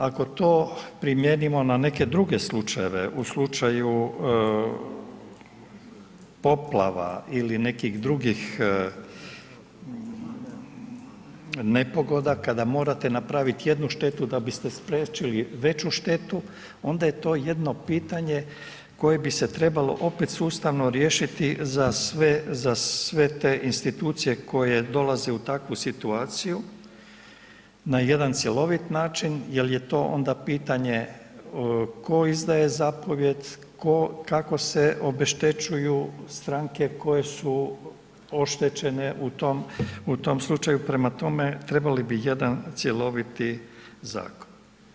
Ako to primijenimo na neke druge slučajeve u slučaju poplava ili nekih drugih nepogoda kada morate napravit jednu štetu da biste spriječili veću štetu, onda je to jedno pitanje koje bi se trebalo opet sustavno riješiti za sve te institucije koje dolaze u takvu situaciju na jedna cjelovit način, jel je to onda pitanje tko izdaje zapovijed, kako se obeštećuju stranke koje su oštećene u tom slučaju, prema tome, trebali bi jedan cjeloviti zakon.